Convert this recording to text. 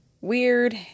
weird